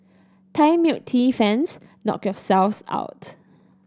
Thai milk tea fans knock yourselves out